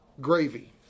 gravy